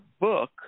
book